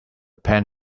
pen